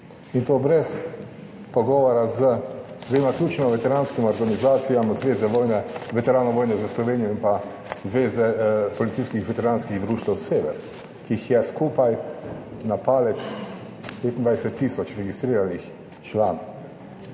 in to brez pogovora z dvema ključnima veteranskima organizacijama, Zvezo veteranov vojne za Slovenijo in Zvezo policijskih veteranskih društev Sever, kjer je skupaj čez palec 25 tisoč registriranih članov,